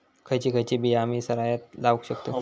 खयची खयची बिया आम्ही सरायत लावक शकतु?